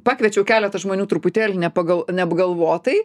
pakviečiau keletą žmonių truputėlį ne pagal neapgalvotai